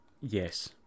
Yes